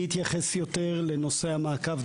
אני אתייחס יותר לנושא המעקב.